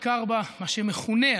בעיקר במה שמכונה,